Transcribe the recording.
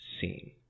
seen